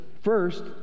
first